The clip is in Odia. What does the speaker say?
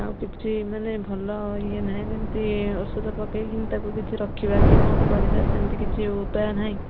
ଆଉ କିଛି ମାନେ ଭଲ ଇଏ ନାହିଁ ଯେମିତି ଔଷଧ ପକେଇକି ତାକୁ କିଛି ରଖିବା କି କଣ କଣ କରିବା ସେମତି କିଛି ଉପାୟ ନାହିଁ